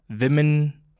women